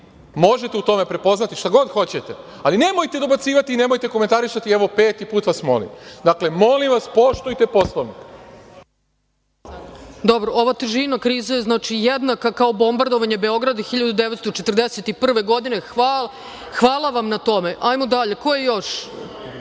možete u tome prepoznati šta god hoćete, ali nemojte dobacivati i nemojte komentarisati, evo peti put vas molim. Dakle, molim vas poštujte Poslovnik.